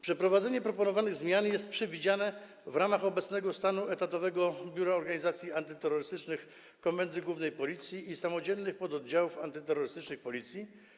Przeprowadzenie proponowanych zmian jest przewidziane w ramach obecnego stanu etatowego Biura Operacji Antyterrorystycznych Komendy Głównej Policji i samodzielnych pododdziałów antyterrorystycznych Policji.